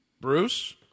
Bruce